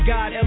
God